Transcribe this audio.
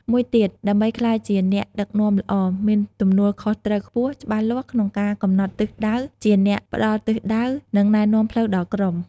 មួយទៀត ដើម្បីក្លាយជាអ្នកដឹកនាំល្អ មានទំនួលខុសត្រូវខ្ពស់ ច្បាស់លាស់ក្នុងការកំណត់ទិសដៅ ជាអ្នកផ្តល់ទិសដៅ និងណែនាំផ្លូវដល់ក្រុម។